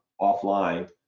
offline